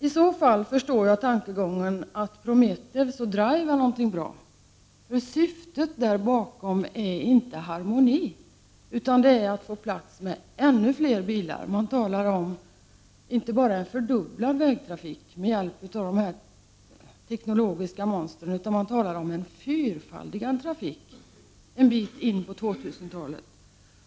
I så fall förstår jag tanken att Prometheus och DRIVE är någonting bra, men syftet bakom är inte harmoni utan detta att man vill få plats med ännu fler bilar. Man talar inte bara om en fördubbling av vägtrafiken med hjälp av det här tekniska monstret, utan man talar om en fyrfaldigad trafik en bit in på 2000-talet.